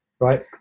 right